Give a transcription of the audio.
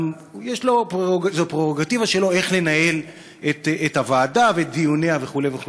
זו פררוגטיבה שלו איך לנהל את הוועדה ואת דיוניה וכו' וכו'.